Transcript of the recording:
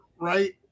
right